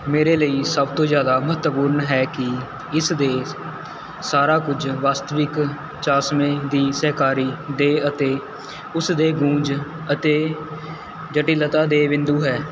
ਮੇਰੇ ਲਈ ਸਭ ਤੋਂ ਜ਼ਿਆਦਾ ਮਹੱਤਵਪੂਰਨ ਹੈ ਕਿ ਇਸ ਦੇ ਸਾਰਾ ਕੁਝ ਵਾਸਤਵਿਕ ਚਸ਼ਮੇ ਦੀ ਸਹਿਕਾਰੀ ਦੇਹ ਅਤੇ ਉਸਦੇ ਗੂੰਜ ਅਤੇ ਜਟਿਲਤਾ ਦੇ ਬਿੰਦੂ ਹੈ